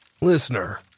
Listener